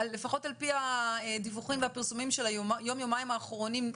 לפחות על פי הדיווחים והפרסומים של היום-יומיים האחרונים,